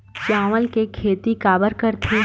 चावल के खेती काबर करथे?